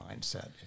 mindset